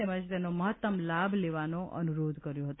તેમજ તેનો મહત્તમ લાભ લેવાનો અનુરોધ કર્યો હતો